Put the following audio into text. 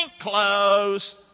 clothes